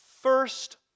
first